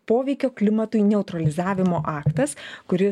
poveikio klimatui neutralizavimo aktas kuri